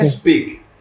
Speak